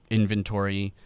inventory